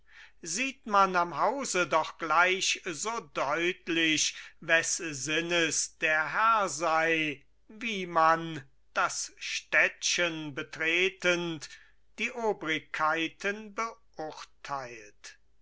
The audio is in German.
sieht man am hause doch gleich so deutlich wes sinnes der herr sei wie man das städtchen betretend die obrigkeiten beurteilt